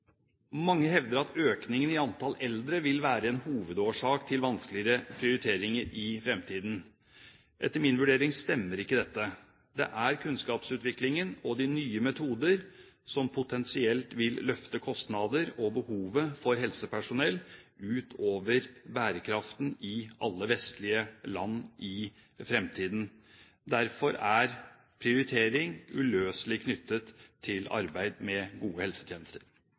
Mange hevder at økningen i antall eldre vil være en hovedårsak til vanskeligere prioriteringer i fremtiden. Etter min vurdering stemmer ikke dette. Det er kunnskapsutviklingen og nye metoder som potensielt vil løfte kostnader og behovet for helsepersonell utover bærekraften i alle vestlige land i fremtiden. Derfor er prioritering uløselig knyttet til arbeid med gode helsetjenester.